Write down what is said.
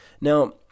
Now